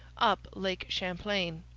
up lake champlain.